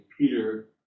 peter